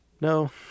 No